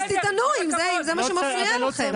תטענו, אם זה מה שמפריע לכם.